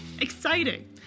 Exciting